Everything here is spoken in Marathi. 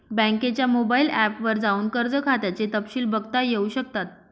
बँकेच्या मोबाइल ऐप वर जाऊन कर्ज खात्याचे तपशिल बघता येऊ शकतात